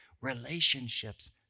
relationships